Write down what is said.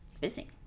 busy